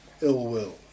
ill-will